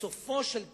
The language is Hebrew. בסופו של תהליך,